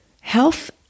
Health